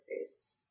face